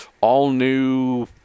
all-new